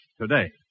today